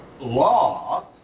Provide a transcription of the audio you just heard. law